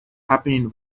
happening